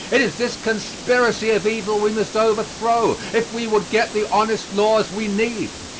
it is this conspiracy of evil we must overthrow if we would get the honest laws we need.